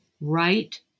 right